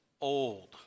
old